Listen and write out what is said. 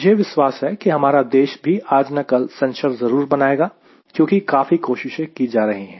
मुझे विश्वास है कि हमारा देश भी आज ना कल सेंसर ज़रुर बनाएगा क्योंकि काफी कोशिशें की जा रही है